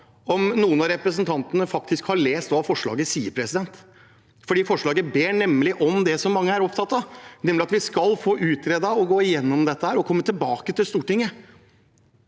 om noen av representantene faktisk har lest hva forslaget sier. Forslaget ber nemlig om det mange er opptatt av – at man skal få dette utredet og gå gjennom det og komme tilbake til Stortinget.